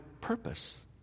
purpose